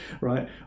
right